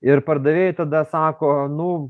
ir pardavėjai tada sako nu